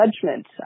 judgment